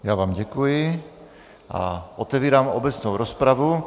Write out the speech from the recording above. Já vám děkuji a otevírám obecnou rozpravu.